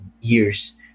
years